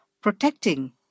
protecting